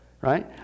right